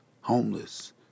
homeless